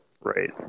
Right